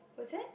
was it